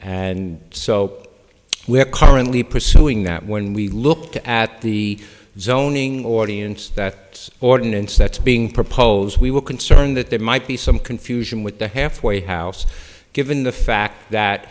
and so we are currently pursuing that when we looked at the zoning ordinance that ordinance that's being proposed we were concerned that there might be some confusion with the halfway house given the fact that